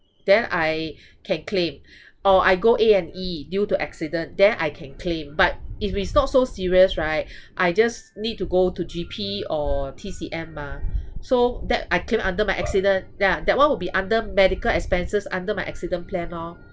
then I can claim or I go A and E due to accident then I can claim but if it's not so serious right I just need to go to G_P or T_C_M mah so that I claim under my accident yeah that one will be under medical expenses under my accident plan orh